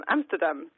Amsterdam